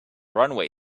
runway